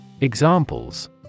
Examples